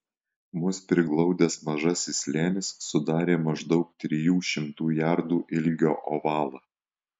mus priglaudęs mažasis slėnis sudarė maždaug trijų šimtų jardų ilgio ovalą